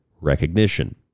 recognition